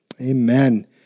Amen